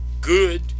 good